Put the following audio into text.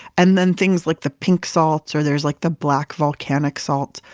and then things like the pink salts or there's like the black volcanic salt.